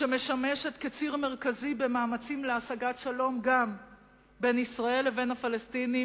שמשמשת ציר מרכזי במאמצים להשגת שלום גם בין ישראל לבין הפלסטינים,